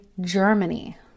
Germany